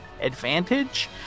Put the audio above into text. advantage